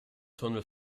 tunnel